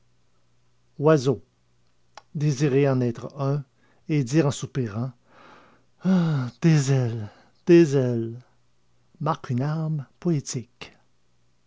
désirer en être un et dire en soupirant des ailes des ailes marque une âme poétique